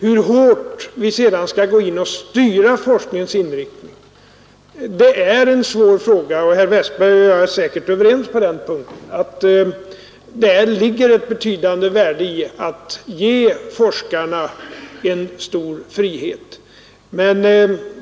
Hur hårt vi sedan skall gå in och styra forskningens inriktning är en svår fråga. Herr Westberg och jag är säkert överens på den punkten, att det ligger ett betydande värde i att ge forskarna stor frihet, men